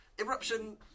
Eruption